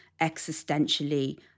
existentially